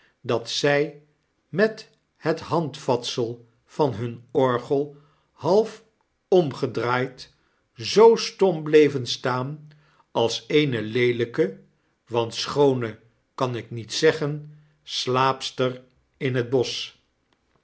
dat zy met het handvatsel van hun orgel half omgedraaid zoo stom bleven staan als eene leelpe want schoone kan ik niet zeggen slaapster in het bosch